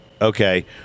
okay